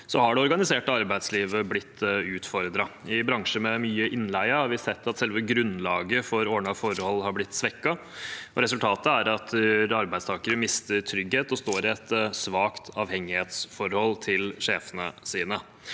har det organiserte arbeidslivet blitt utfordret. I bransjer med mye innleie har vi sett at selve grunnlaget for ordnede forhold er blitt svekket, og resultatet er at arbeidstakere mister trygghet og står i et svakt avhengighetsforhold til sjefene sine.